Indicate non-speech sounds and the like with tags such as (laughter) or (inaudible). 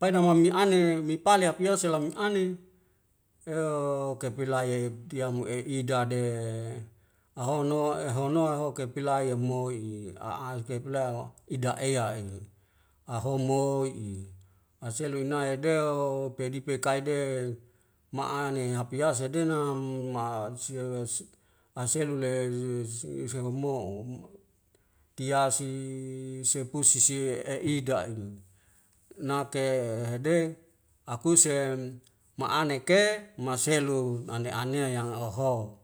painama mi ane min pale apiasoe lau mi ani eo kepilaya i diyamu e dade ahono ehonoa hoke pi layamoi'i a akhkek la ida'ea i ahomoi'i aselu inaya deu pedi pekai de ma'ane hapiase dina mu ma asias wes aselu le (hesitation) tiasi sepusi sie e i'da'ging nake hede akusem ma'ane ke maselu ane anea yang oho